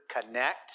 CONNECT